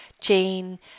Jane